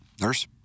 Nurse